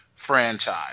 franchise